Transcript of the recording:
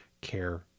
care